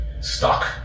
stuck